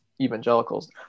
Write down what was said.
evangelicals